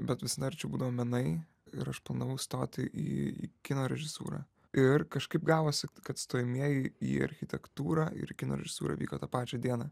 bet visada arčiau būdavo menai ir aš planavau stoti į kino režisūrą ir kažkaip gavosi kad stojamieji į architektūrą ir kino režisūrą vyko tą pačią dieną